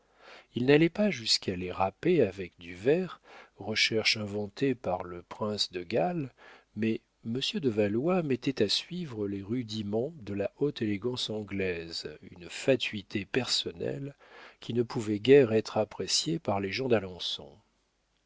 il n'allait pas jusqu'à les râper avec du verre recherche inventée par le prince de galles mais monsieur de valois mettait à suivre les rudiments de la haute élégance anglaise une fatuité personnelle qui ne pouvait guère être appréciée par les gens d'alençon